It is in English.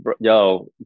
Yo